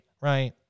right